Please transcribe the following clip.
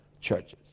churches